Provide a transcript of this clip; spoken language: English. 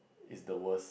it's the worst